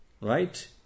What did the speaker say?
Right